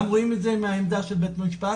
גם רואים את זה מהעמדה של בית המשפט,